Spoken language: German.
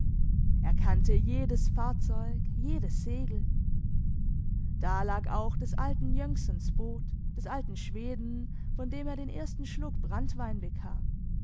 er kannte jedes fahrzeug jedes segel da lag auch des alten jönksen boot des alten schweden von dem er den ersten schluck branntwein bekam